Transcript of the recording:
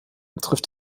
trifft